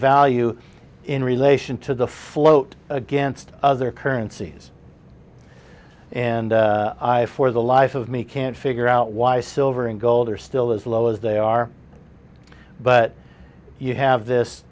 value in relation to the float against other currencies and i for the life of me can't figure out why silver and gold are still as low as they are but you have this